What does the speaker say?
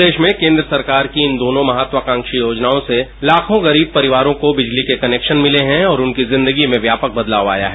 प्रदेश में केंद्र सरकार की इन दोनों महत्वाकांक्षी योनजाओं से लाखों गरीब परिवार को बिजली के कनेक्शन मिले हैं और उनकी जिंदगी में व्यापक बदलाव आया है